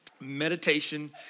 meditation